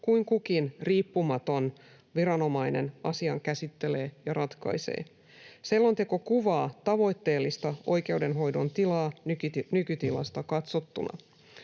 kuin kukin riippumaton viranomainen asian käsittelee ja ratkaisee. Selonteko kuvaa tavoitteellista oikeudenhoidon tilaa nykytilasta katsottuna.